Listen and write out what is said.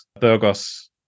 Burgos